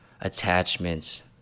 attachments